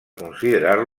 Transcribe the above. considerar